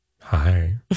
Hi